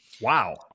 Wow